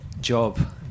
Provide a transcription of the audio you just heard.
job